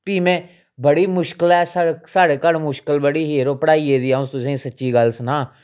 फ्ही में बड़ी मुश्कलै साढ़ै घर मुश्कल बड़ी ही पढ़ाई दी यरो अ'ऊं तुसेंगी सच्ची गल्ल सनां